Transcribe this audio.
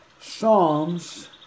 Psalms